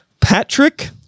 Patrick